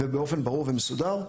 ובאופן ברור ומסודר,